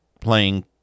playing